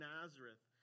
Nazareth